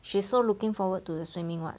she's so looking forward to the swimming [what]